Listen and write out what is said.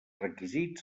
requisits